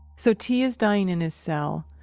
so, t is dying in his cell,